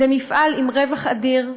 זה מפעל עם רווח אדיר,